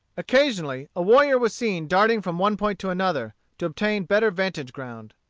occasionally a warrior was seen darting from one point to another, to obtain better vantage-ground.